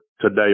today